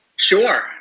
Sure